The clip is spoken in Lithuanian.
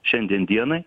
šiandien dienai